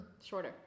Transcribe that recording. Shorter